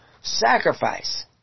sacrifice